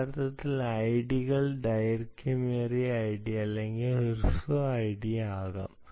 അതുപോലെ ഐഡികൾ ദൈർഘ്യമേറിയ ഐഡി അല്ലെങ്കിൽ ഹ്രസ്വ ഐഡി ആകാം